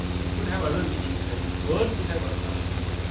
it could have other meanings and worlds could have a other meanings.